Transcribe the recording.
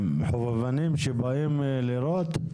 הם חובבנים שבאים לירות?